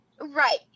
right